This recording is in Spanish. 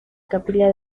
capilla